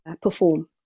perform